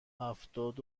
هفتاد